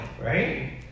right